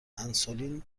انسولین